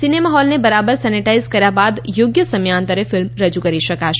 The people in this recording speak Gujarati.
સિનેમા હોલને બરાબર સેનીટાઇઝ કર્યા બાદ યોગ્ય સમયાંતરે ફિલ્મ રજૂ કરી શકાશે